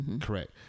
Correct